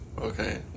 Okay